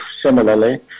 similarly